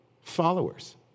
followers